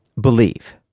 believe